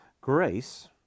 grace